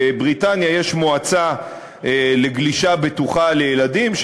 בבריטניה יש מועצה לגלישה בטוחה לילדים,